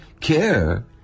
care